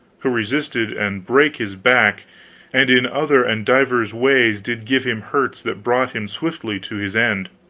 who resisted and brake his back and in other and divers ways did give him hurts that brought him swiftly to his end.